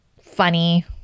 funny